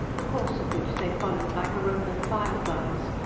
the course of which they followed like a rope of fireflies,